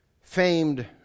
famed